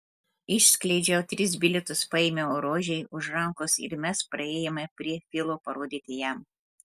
išskleidžiau tris bilietus paėmiau rožei už rankos ir mes priėjome prie filo parodyti jam